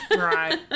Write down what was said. Right